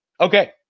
okay